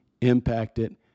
impacted